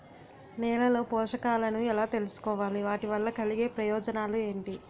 నేలలో పోషకాలను ఎలా తెలుసుకోవాలి? వాటి వల్ల కలిగే ప్రయోజనాలు ఏంటి?